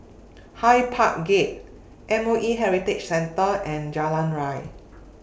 Hyde Park Gate M O E Heritage Centre and Jalan Ria